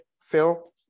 Phil